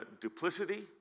duplicity